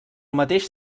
mateix